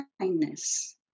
Kindness